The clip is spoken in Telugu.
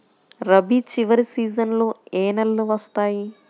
రబీ చివరి సీజన్లో ఏ నెలలు వస్తాయి?